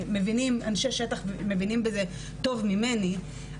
ואנשי שטח מבינים בזה טוב ממני,